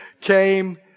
came